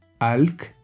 Alk